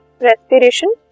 respiration